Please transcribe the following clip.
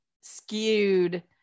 skewed